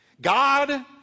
God